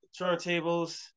turntables